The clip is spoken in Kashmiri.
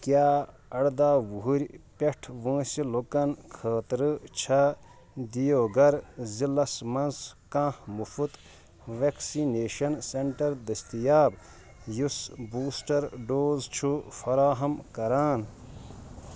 کیٛاہ اَرداہ وُہُرۍ پٮ۪ٹھ وٲنٛسہِ لوکن خٲطرٕ چھا دِیوگھر ضلعس مَنٛز کانٛہہ مُفٕط ویکسِنیشن سینٹر دٔستِیاب یُس بوٗسٹر ڈوز چھ فراہم کران؟